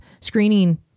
screening